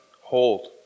hold